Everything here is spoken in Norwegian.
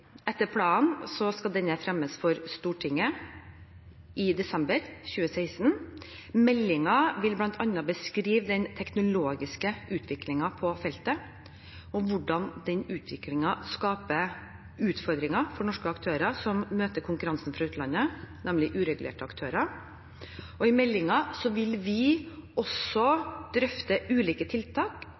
Etter planen skal denne fremmes for Stortinget i desember 2016. Meldingen vil bl.a. beskrive den teknologiske utviklingen på feltet og hvordan den utviklingen skaper utfordringer for norske aktører som møter konkurransen fra utlandet, nemlig uregulerte aktører. I meldingen vil vi også drøfte ulike tiltak